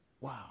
Wow